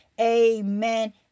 Amen